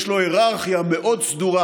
יש בו היררכיה מאוד סדורה: